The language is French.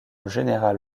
général